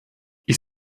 ich